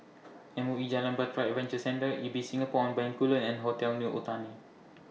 M O E Jalan Bahtera Adventure Centre Ibis Singapore on Bencoolen and Hotel New Otani